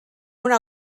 una